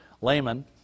layman